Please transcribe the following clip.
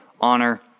honor